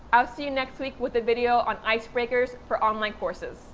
i'll see you next week with a video on icebreakers for all my courses.